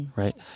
right